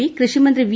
P കൃഷിമന്ത്രി V